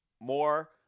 more